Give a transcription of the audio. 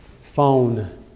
phone